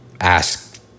ask